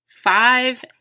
five